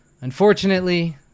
Unfortunately